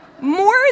More